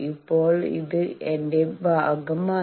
ഇപ്പോൾ ഇത് ഏത് ഭാഗമാണ്